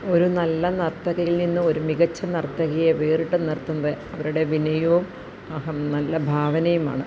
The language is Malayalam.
ഒരു നല്ല നർത്തകരിൽ നിന്നും ഒരു മികച്ചു നര്ത്തകിയെ വേറിട്ടു നിര്ത്തുന്നത് അവരുടെ വിനയവും അഹം നല്ല ഭാവനയുമാണ്